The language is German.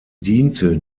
diente